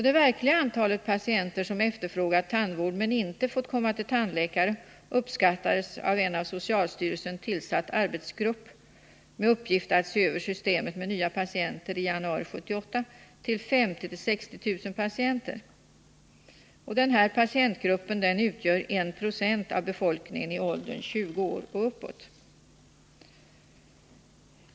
Det verkliga antalet patienter som efterfrågar tandvård men inte fått komma till tandläkare uppskattas av en av socialstyrelsen tillsatt arbetsgrupp med uppgift att se över 51 systemet med nya patienter i januari 1978 till 50 000-60 000 patienter. Denna patientgrupp utgör 1 96 av befolkningen i åldern 20 år och uppåt.